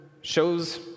shows